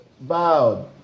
vowed